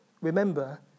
remember